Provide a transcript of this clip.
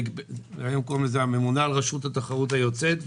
היום קוראים לזה הממונה על רשות התחרות היוצאת,